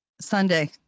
Sunday